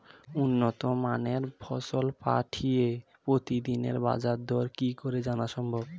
উন্নত মানের ফসল পাঠিয়ে প্রতিদিনের বাজার দর কি করে জানা সম্ভব?